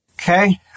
Okay